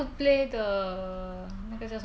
animal crossing but then 我又怕会很闷